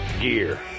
gear